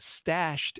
stashed